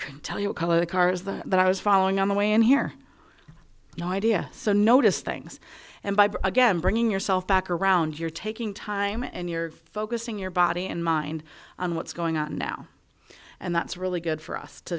could tell you what color the cars that i was following on the way in here no idea so notice things and again bringing yourself back around you're taking time and you're focusing your body and mind on what's going on now and that's really good for us to